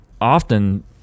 often